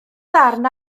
ddarn